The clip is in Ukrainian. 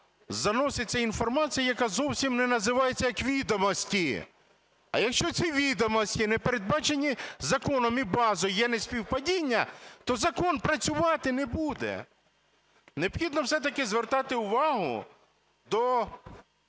заноситься інформація, яка зовсім не називається як відомості? А якщо ці відомості не передбачені законом і базою, є неспівпадіння, то закон працювати не буде. Необхідно все-таки звертати увагу до